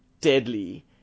deadly